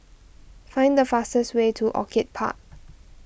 find the fastest way to Orchid Park